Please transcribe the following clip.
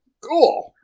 Cool